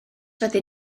fyddi